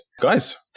Guys